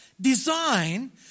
design